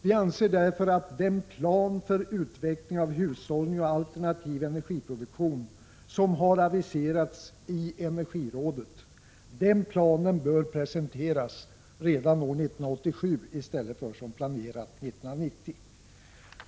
Vi anser därför att den plan för utveckling av hushållning och alternativ energiproduktion som har aviserats i energirådet bör presenteras redan år 1987 i stället för, som planerat, 1990.